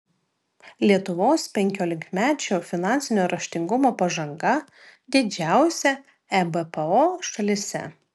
lietuvos penkiolikmečių finansinio raštingumo pažanga didžiausia ebpo šalyse